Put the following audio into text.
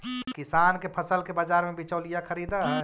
किसान के फसल के बाजार में बिचौलिया खरीदऽ हइ